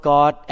God